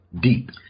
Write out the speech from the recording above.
deep